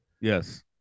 yes